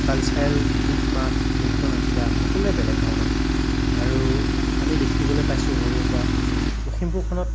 cultural গীত মাত নৃত্য নাটিকা সকলোৰে বেলেগ ধৰণৰ আৰু আমি দেখিবলৈ পাইছোঁ সৰুৰে পৰা লখিমপুৰখনত